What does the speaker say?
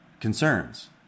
concerns